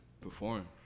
perform